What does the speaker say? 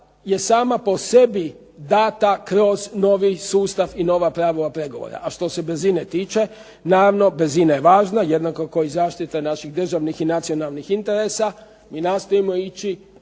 je sama po sebi dana kroz novi sustav i nova pravila pregovora. A što se brzine tiče naravno brzina je važna jednako kao i zaštita naših državnih i nacionalnih interesa i nastojimo ići